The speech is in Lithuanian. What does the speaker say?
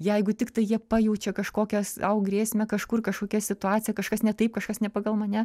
jeigu tiktai jie pajaučia kažkokią sau grėsmę kažkur kažkokia situacija kažkas ne taip kažkas ne pagal mane